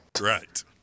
Right